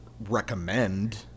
recommend